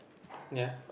ya